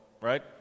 right